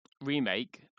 remake